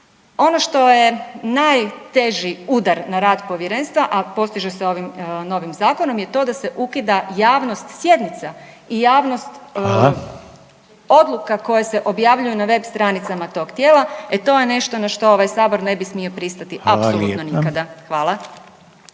Ono što je najteži udar na rad Povjerenstva, a postiže se ovim novim zakonom je to da se ukida javnost sjednica i javnost odluka koje se objavljuju na web stranicama tog tijela, e to je nešto na što ovaj Sabor ne bi smio pristati bez apsolutno nikada. Hvala.